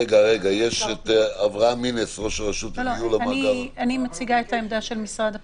אציג את העמדה של משרד הפנים.